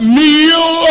meal